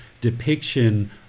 depiction